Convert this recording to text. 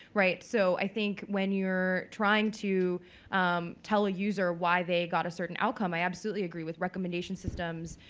right? so i think when you're trying to tell a user why they got a certain outcome, i absolutely agree with recommendation systems,